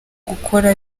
gukora